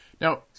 now